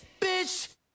bitch